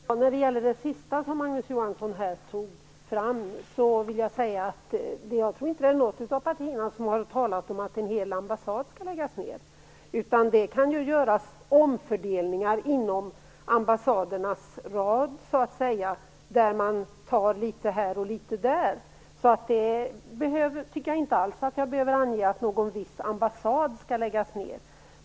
Herr talman! När det gäller det sista som Magnus Johansson tog upp tror jag inte att man i något av partierna har talat om att en hel ambassad skall läggas ned. Det kan ju göras omfördelningar inom ambassadernas rad. Man kan ta litet här och litet där. Så jag tycker inte alls att jag behöver ange att någon viss ambassad skall läggas ned.